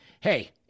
Hey